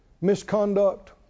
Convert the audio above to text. misconduct